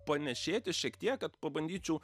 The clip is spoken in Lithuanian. panėšėti šiek tiek kad pabandyčiau